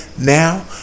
now